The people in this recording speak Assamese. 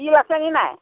তিল আছেনে নাই